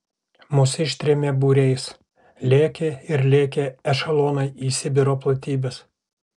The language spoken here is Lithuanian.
mus ištrėmė būriais lėkė ir lėkė ešelonai į sibiro platybes